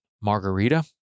Margarita